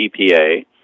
EPA